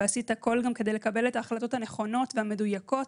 ועשית הכול כדי לקבל את ההחלטות הנכונות והמדויקות